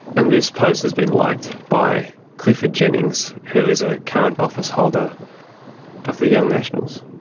and this post has been liked by clifford jennings who is a current office holder of the young nationals.